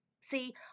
see